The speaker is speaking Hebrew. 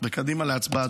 וקדימה להצבעה,